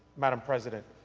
madam president,